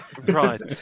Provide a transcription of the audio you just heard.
Right